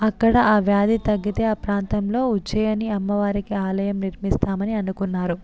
అక్కడ ఆ వ్యాధి తగ్గితే ఆ ప్రాంతంలో ఉజ్జయిని అమ్మవారికి ఆలయం నిర్మిస్తామని అనుకున్నారు